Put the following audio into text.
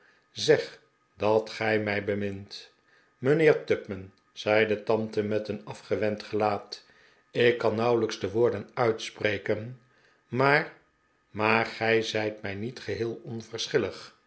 zeg dat gij mij bemintl mijnheer tupman zei de tante met een afgewend gelaat ik kan nauwelijks de woorden uitspreken maar maar gij zijt mij niet geheel